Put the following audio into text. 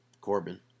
Corbin